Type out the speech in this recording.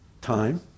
time